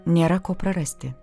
nėra ko prarasti